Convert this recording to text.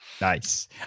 Nice